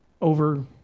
over